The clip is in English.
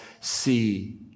see